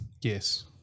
Yes